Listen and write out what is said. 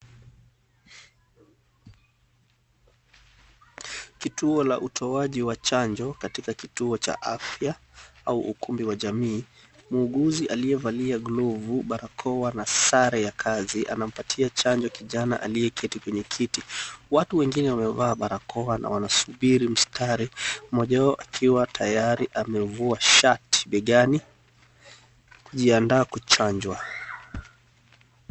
Kituo la utoaji wa chanjo katika kituo cha afya au ukumbi wa jamii. Muuguzi aliyevalia glovu, barakoa na sare ya kazi anampatia chanjo kijana aliyeketi kwenye kiti. Watu wengine wamevaa barakoa na wanasubiri mstari. Mmoja wao akiwa tayari amevua shati begani kujiandaa kuchanjwa.